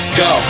go